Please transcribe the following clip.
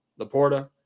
Laporta